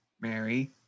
Mary